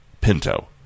Pinto